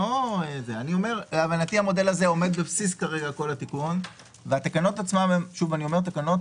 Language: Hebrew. כל התיקון, והתקנות עצמן הן תקנות